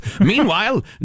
Meanwhile